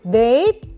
date